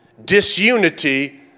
Disunity